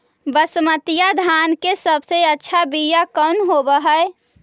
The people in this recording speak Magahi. बसमतिया धान के सबसे अच्छा बीया कौन हौब हैं?